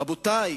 רבותי,